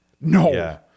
No